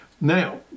Now